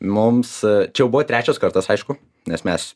mums čia jau buvo trečias kartas aišku nes mes